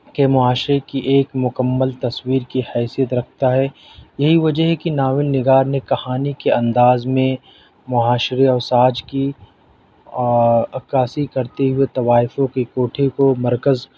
کے معاشرے کی ایک مکمل تصویر کی حیثیت رکھتا ہے یہی وجہ ہے کہ ناول نگار نے کہانی کے انداز میں معاشرے اور سماج کی اور عکاسی کرتے ہوئے طوائفوں کے کوٹھے کو مرکز